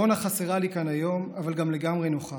רונה חסרה לי כאן היום, אבל גם לגמרי נוכחת.